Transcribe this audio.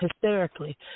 hysterically